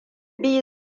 biyu